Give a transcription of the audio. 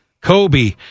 Kobe